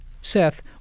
Seth